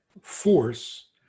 force